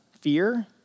fear